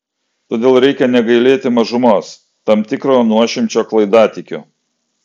todėl reikia negailėti mažumos tam tikro nuošimčio klaidatikių